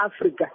Africa